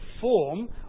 form